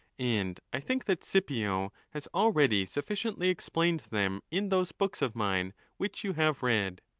and i think that scipio has already sufficiently explained them in those books of mine which you have read.